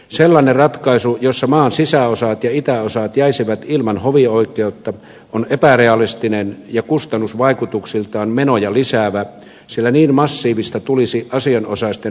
sellainen ratkaisu jossa maan sisäosat ja itäosat jäisivät ilman hovioikeutta on epärealistinen ja kustannusvaikutuksiltaan menoja lisäävä sillä niin massiivista tulisi asianosaisten matkustaminen olemaan